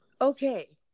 okay